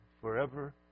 forever